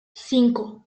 cinco